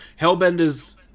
Hellbender's